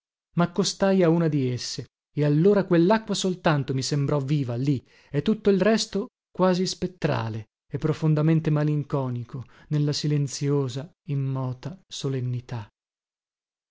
fontane maccostai a una di esse e allora quellacqua soltanto mi sembrò viva lì e tutto il resto quasi spettrale e profondamente malinconico nella silenziosa immota solennità